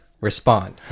respond